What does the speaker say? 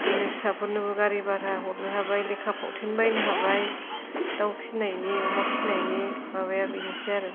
बिदिनो फिसाफोरनोबो गारि भारा हरनो हाबाय लेखा फावथेन बायनो हाबाय दाउ फिसिनायनि अमा फिसिनायनि माबाया बेनोसै आरो